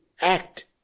act